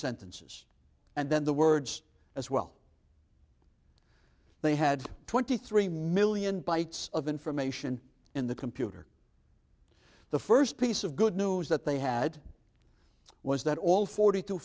sentences and then the words as well they had twenty three million bytes of information in the computer the first piece of good news that they had was that all forty two